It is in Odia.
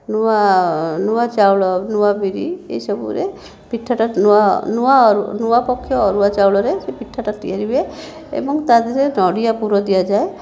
ନୂଆ ନୂଆ ଚାଉଳ ନୂଆ ବିରି ଏହିସବୁରେ ପିଠାଟା ନୂଆ ନୂଆ ନୂଆ ପକ୍ଷ ଅରୁଆ ଚାଉଳରେ ସେ ପିଠାଟା ତିଆରି ହୁଏ ଏବଂ ତା' ଦେହରେ ନଡ଼ିଆ ପୁର ଦିଆଯାଏ